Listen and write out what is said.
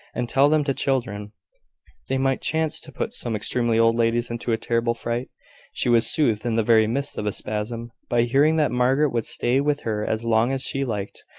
and tell them to children they might chance to put some extremely old ladies into a terrible fright she was soothed in the very midst of a spasm, by hearing that margaret would stay with her as long as she liked,